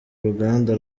ruganda